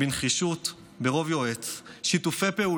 בנחישות, ברוב יועץ,